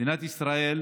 במדינת ישראל